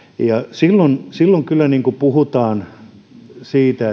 silloin silloin kyllä puhutaan siitä